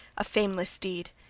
a fameless deed.